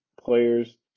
players